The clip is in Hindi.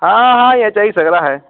हाँ हाँ ऐसे ही सगरा है